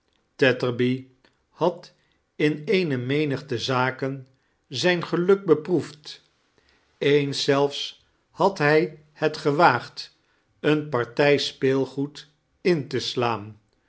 bad in eene menigte zaken'zijn gelfuk beproefd eens zellfs had hij het gewaagd eene partij speelgoed in te slaan